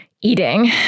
Eating